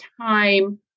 time